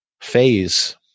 phase